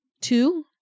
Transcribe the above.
Two